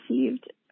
received